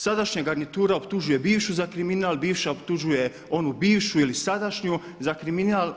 Sadašnja garnitura optužuje bivšu za kriminal, bivša optužuje onu bivšu ili sadašnju za kriminal.